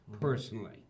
personally